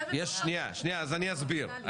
אני אסביר.